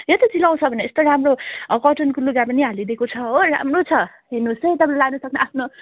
यो त चिलाउँछ भनेर यस्तो राम्रो कटनको लुगा पनि हालिदिएको छ हो राम्रो छ हेर्नुहोसै तपाईँले लानु सक्नु आफ्नो